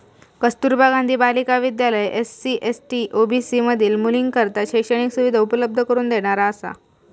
कस्तुरबा गांधी बालिका विद्यालय SC, ST, OBC मधील मुलींकरता शैक्षणिक सुविधा उपलब्ध करून देणारा असा